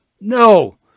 No